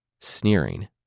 sneering